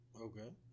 Okay